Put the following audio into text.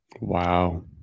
Wow